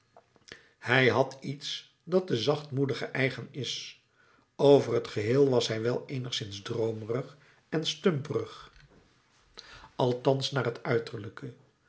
hij had iets dat den zachtmoedige eigen is over t geheel was hij wel eenigszins droomerig en stumperig althans naar het uiterlijke